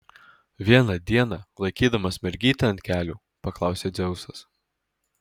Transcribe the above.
vieną dieną laikydamas mergytę ant kelių paklausė dzeusas